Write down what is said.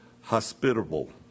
hospitable